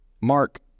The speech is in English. Mark